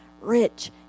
rich